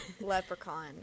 Leprechaun